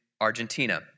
Argentina